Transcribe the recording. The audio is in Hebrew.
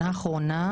בזה,